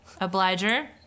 Obliger